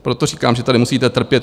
Proto říkám, že tady musíte trpět.